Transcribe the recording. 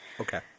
Okay